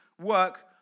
work